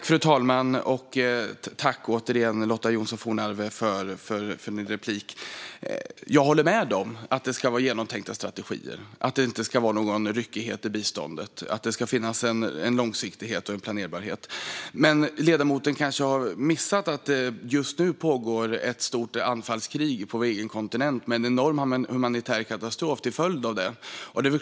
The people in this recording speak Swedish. Fru talman! Jag håller med om att det ska vara genomtänkta strategier, att det inte ska finnas någon ryckighet i biståndet och att det ska finnas en långsiktighet och planerbarhet. Men ledamoten kanske har missat att det just nu pågår ett stort anfallskrig på vår egen kontinent med en enorm humanitär katastrof som följd.